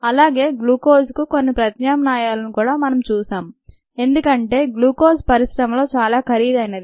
అలాగే గ్లూకోజ్ కు కొన్ని ప్రత్యామ్నాయాలను కూడా మనం చూశాం ఎందుకంటే గ్లూకోజ్ పరిశ్రమలో చాలా ఖరీదైనది